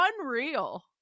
unreal